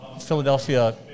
Philadelphia